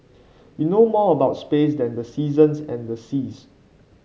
we know more about space than the seasons and the seas